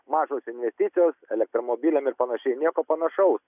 mažos investicijos elektromobiliam ir panašiai nieko panašaus